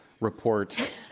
report